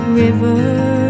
river